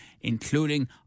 including